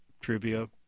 trivia